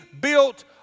built